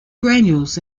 granules